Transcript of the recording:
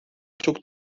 çok